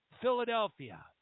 Philadelphia